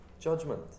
judgment